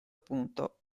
punto